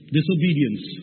disobedience